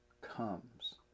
comes